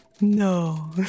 No